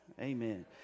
Amen